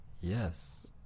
Yes